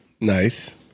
Nice